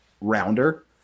rounder